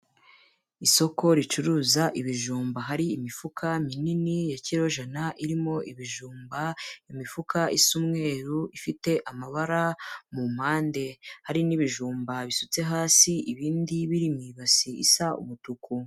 Isoko ricuruza ibijumba, hari imifuka minini ya kiro jana irimo ibijumba, imifuka isa umweru ifite amabara, mu mpande hari n'ibijumba bisutse hasi ibindi biri mu ibasi isa umutuku.